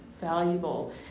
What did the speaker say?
valuable